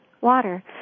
water